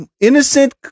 innocent